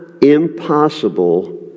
impossible